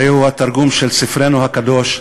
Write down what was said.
הרי הוא התרגום של ספרנו הקדוש,